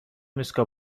ایستگاه